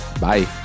Bye